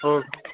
okay